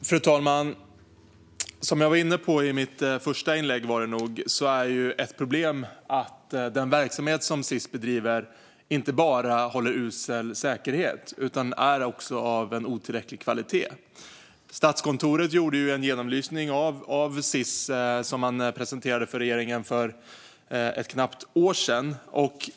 Fru talman! Som jag var inne på i mitt första inlägg, tror jag att det var, är ett problem att den verksamhet som Sis bedriver inte bara håller usel säkerhet utan också är av otillräcklig kvalitet. Statskontoret gjorde en genomlysning av Sis som man presenterade för regeringen för ett knappt år sedan.